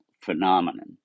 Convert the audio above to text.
phenomenon